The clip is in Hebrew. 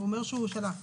הוא אומר שהוא שלח.